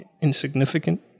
insignificant